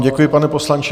Děkuji vám, pane poslanče.